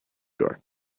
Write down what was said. door